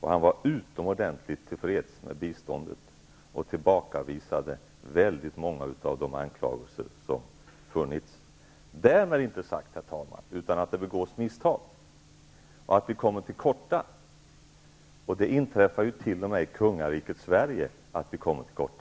Han var utomordentligt till freds med biståndet och tillbakavisade många av de anklagelser som funnits. Herr talman! Därmed inte sagt att det inte begås misstag eller att vi inte kommer till korta. Det inträffar t.o.m. i kungariket Sverige att vi kommer till korta.